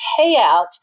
payout